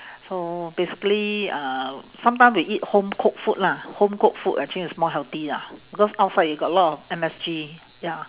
so basically uh sometime we eat home-cooked food lah home-cooked food actually is more healthy lah because outside you got a lot of M_S_G ya